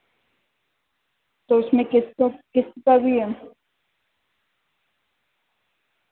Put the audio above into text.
تو اس میں قسطوں قسط کا بھی ہے